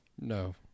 No